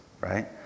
right